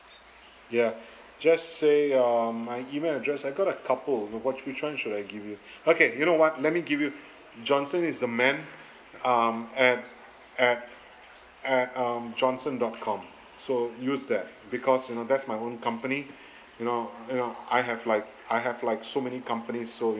ya just say um my email address I got a couple would what which one should I give you okay you know what let me give you johnson is the man um at at at um johnson dot com so use that because you know that's my own company you know you know I have like I have like so many companies so